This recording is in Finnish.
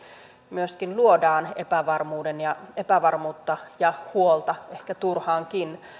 myöskin luodaan epävarmuutta ja epävarmuutta ja huolta ehkä turhaankin